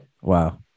Wow